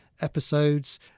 episodes